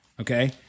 okay